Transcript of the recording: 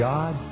God